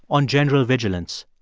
on general vigilance.